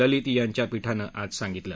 ललित यांच्या पीठानं आज सांगितलं